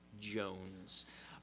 Jones